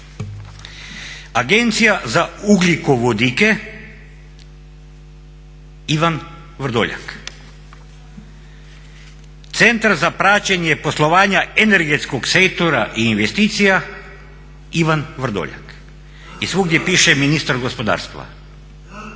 Agencija za ugljikovodike Ivan Vrdoljak, Centar za praćenje poslovanja energetskog sektora i investicija Ivan Vrdoljak i svugdje piše ministar gospodarstva.